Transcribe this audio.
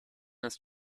ist